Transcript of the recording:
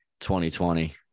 2020